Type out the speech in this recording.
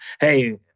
hey